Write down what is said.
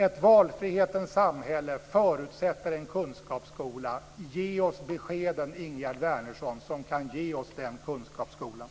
Ett valfrihetens samhälle förutsätter en kunskapsskola. Ge oss beskeden, Ingegerd Wärnersson, som ju är den som kan ge oss den kunskapsskolan!